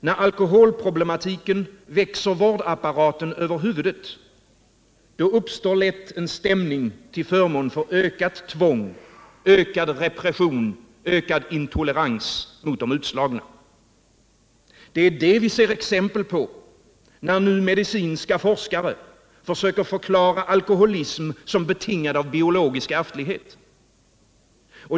När alkoholproblematiken växer vårdapparaten över huvudet — då uppstår lätt en stämning för ökat tvång, ökad repression och ökad intolerans mot de utslagna. Det är det vi ser exempel på, när nu medicinska forskare söker förklara alkoholism som betingad av biologisk ärftlighet.